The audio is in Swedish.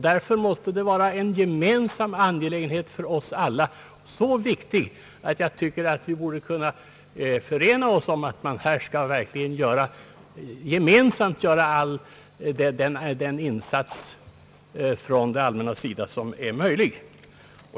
Därför måste det vara en gemensam angelägenhet för oss alla, så viktig att jag tycker att vi borde kunna förena oss att verkligen gemensamt göra den insats från det allmännas sida som är möjlig.